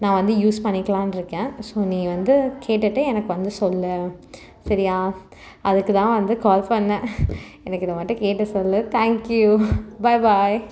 நான் வந்து யூஸ் பண்ணிக்கலான்னு இருக்கேன் ஸோ நீ வந்து கேட்டுவிட்டு எனக்கு வந்து சொல் சரியா அதுக்குதான் வந்து கால் பண்ணிணேன் எனக்கு இதுமட்டும் கேட்டு சொல் தேங்க்யூ பாய் பாய்